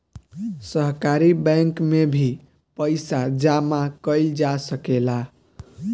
सहकारी बैंक में भी पइसा जामा कईल जा सकेला